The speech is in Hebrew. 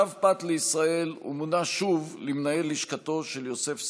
שב פת לישראל ומונה שוב למנהל לשכתו של יוסף ספיר,